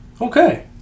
Okay